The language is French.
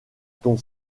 ton